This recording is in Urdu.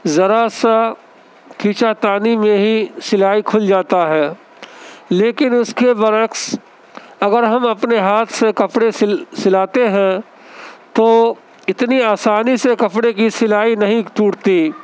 ذرا سا کھیچا تانی میں ہی سلائی کھل جاتا ہے لیکن اس کے برعکس اگر ہم اپنے ہاتھ سے کپڑے سل سلاتے ہیں تو اتنی آسانی سے کپڑے کی سلائی نہیں ٹوٹتی